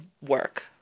work